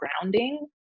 grounding